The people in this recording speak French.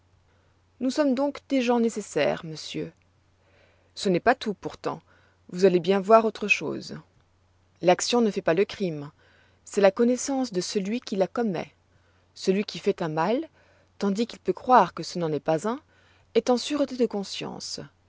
nous sommes donc des gens nécessaires monsieur ce n'est pas tout pourtant vous allez bien voir autre chose l'action ne fait pas le crime c'est la connoissance de celui qui la commet celui qui fait un mal tandis qu'il peut croire que ce n'en est pas un est en sûreté de conscience